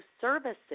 services